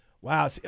Wow